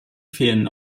fehlen